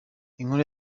inkuru